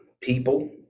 people